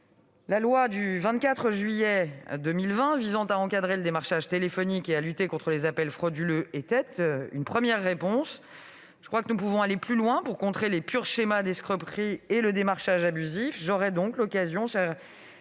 La loi du 24 juillet 2020 visant à encadrer le démarchage téléphonique et à lutter contre les appels frauduleux était une première réponse. Je crois que nous pouvons aller plus loin pour contrer les purs schémas d'escroquerie et le démarchage abusif. J'aurai l'occasion de